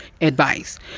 advice